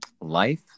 Life